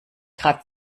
grad